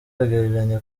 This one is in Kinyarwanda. agereranya